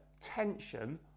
tension